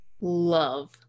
Love